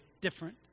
different